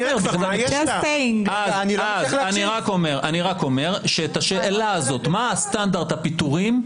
אני רק אומר שאת השאלה הזאת, מה סטנדרט הפיטורים,